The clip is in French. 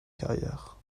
carrière